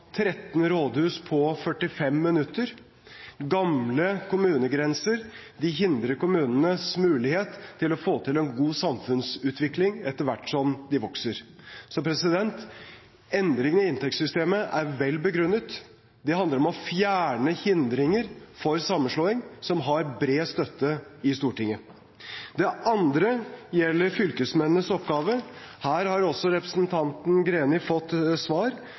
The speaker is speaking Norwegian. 13 rådhus på 45 minutter. Gamle kommunegrenser hindrer kommunenes mulighet til å få til en god samfunnsutvikling etter hvert som de vokser. Endringene i inntektssystemet er velbegrunnet. Det handler om å fjerne hindringer for sammenslåing – som har bred støtte i Stortinget. Det andre gjelder fylkesmennenes oppgave. Her har også representanten Greni fått svar,